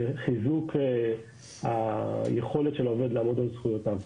וחיזוק היכולת של העובד לעמוד על זכויותיו.